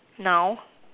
now